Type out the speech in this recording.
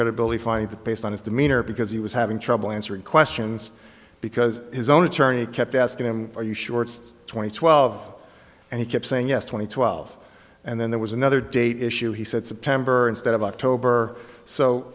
credibility find that based on his demeanor because he was having trouble answering questions because his own attorney kept asking him are you sure it's twenty twelve and he kept saying yes twenty twelve and then there was another date issue he said september instead of october so